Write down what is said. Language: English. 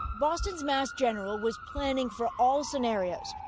boston's mass general was planning for all scenarios,